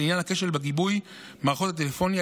לעניין הכשל בגיבוי מערכות הטלפוניה,